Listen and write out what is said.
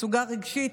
מצוקה רגשית.